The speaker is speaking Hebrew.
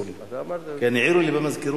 במסגרת החוק המוצע הוא להעביר את סמכות